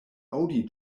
aŭdi